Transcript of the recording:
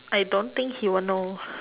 I don't think he will know